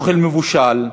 אוכל מבושל,